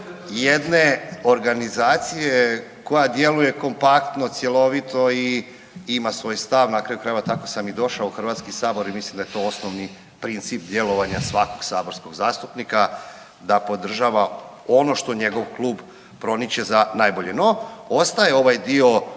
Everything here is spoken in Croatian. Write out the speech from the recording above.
jedne organizacije koja djeluje kompaktno cjelovito i ima svoj stav, na kraju krajeva tako sam i došao HS i mislim da je to osnovni princip djelovanja svakog saborskog zastupnika da podržava ono što njegov klub promiče za najbolje. No, ostaje ovaj dio